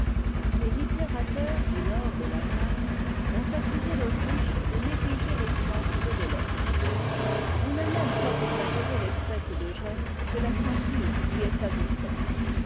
les littérateurs du nord de l'allemagne ont accusé l'autriche de négliger les sciences et les lettres on a même fort exagéré l'espèce de gêne que la censure y établissait